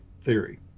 theory